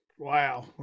Wow